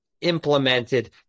implemented